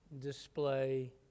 display